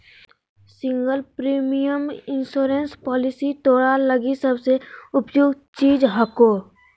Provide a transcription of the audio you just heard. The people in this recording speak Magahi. सिंगल प्रीमियम इंश्योरेंस पॉलिसी तोरा लगी सबसे उपयुक्त चीज हको